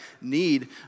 need